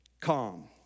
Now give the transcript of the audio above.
Calm